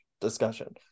discussion